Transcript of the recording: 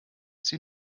sie